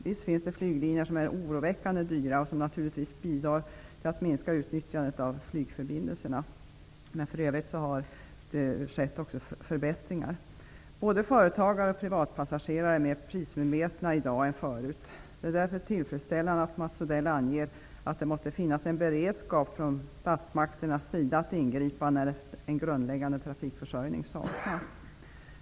Visst finns det flyglinjer som är oroväckande dyra, vilket naturligtvis bidrar till att minska utnyttjadet av flygförbindelsen. Men det har också skett förbättringar. Både företagare och privatpassagerare är mera prismedvetna i dag än förut. Det är därför tillfredsställande att Mats Odell anger att det måste finnas en beredskap från statsmakternas sida att ingripa när en grundläggande trafikförsörjning saknas.